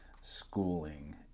schooling